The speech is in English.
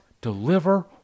deliver